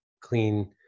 clean